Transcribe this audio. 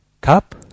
cup